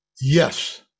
yes